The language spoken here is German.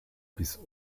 bis